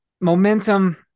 momentum